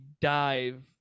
dive